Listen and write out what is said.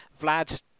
vlad